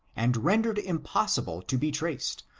and rendered impossible to be traced,